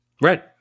Right